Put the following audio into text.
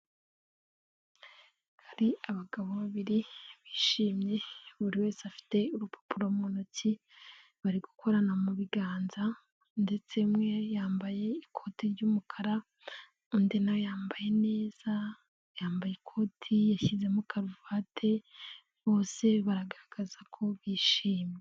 Hari abagabo babiri bishimye. Buri wese afite urupapuro mu ntoki. Bari gukorana mu biganza ndetse umwe yambaye ikote ry'umukara, undi nawe yambaye neza. Yambaye ikoti, yashyizemo karuvati, bose bagaragaza ko bishimye.